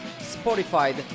Spotify